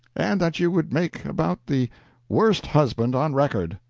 and that you would make about the worst husband on record.